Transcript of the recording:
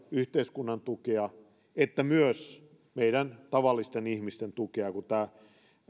yhteiskunnan tukea että myös meidän tavallisten ihmisten tukea kun tämä